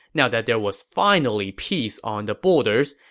now that there was finally peace on the borders,